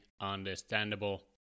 understandable